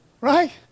right